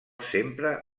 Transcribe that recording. sempre